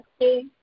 Okay